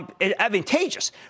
advantageous